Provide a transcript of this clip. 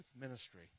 ministry